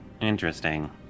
Interesting